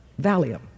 Valium